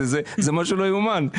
זה משהו לא יאומן,